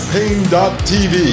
Pain.tv